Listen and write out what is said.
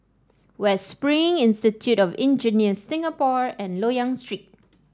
West Spring Institute of Engineers Singapore and Loyang Street